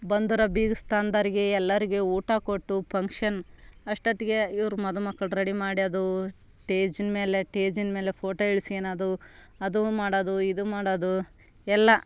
ಬಂದಿರೋ ಬೀಗಸ್ತಾನ್ದರಿಗೆ ಎಲ್ಲರಿಗೆ ಊಟ ಕೊಟ್ಟು ಪಂಕ್ಷನ್ ಅಷ್ಟೊತ್ತಿಗೆ ಇವ್ರು ಮದುಮಕ್ಕಳ ರೆಡಿ ಮಾಡ್ಯದು ಸ್ಟೇಜಿನ್ ಮೇಲೆ ಸ್ಟೇಜಿನ್ ಮೇಲೆ ಫೋಟೋ ಇಳ್ಸ್ಕಳದು ಅದೂ ಮಾಡೊದು ಇದು ಮಾಡೊದು ಎಲ್ಲ